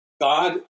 God